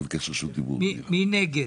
מי נגד?